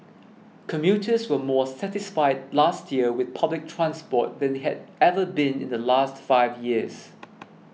commuters were more satisfied last year with public transport than they had ever been in the last five years